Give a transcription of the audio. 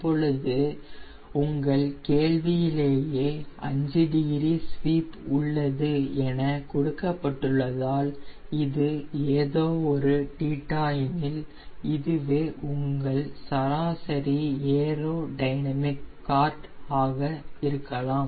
இப்பொழுது உங்கள் கேள்வியிலேயே 5 டிகிரி ஸ்வீப் உள்ளது என கொடுக்கப்பட்டுள்ளதால் இது ஏதோ ஒரு θ எனில் இதுவே உங்கள் சராசரி ஏரோடினமிக் கார்டு ஆக இருக்கலாம்